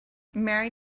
mary